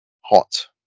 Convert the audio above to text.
Hot